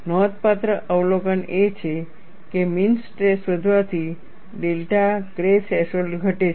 નોંધપાત્ર અવલોકન એ છે કે મીન સ્ટ્રેસ વધવાથી ડેલ્ટા K થ્રેશોલ્ડ ઘટે છે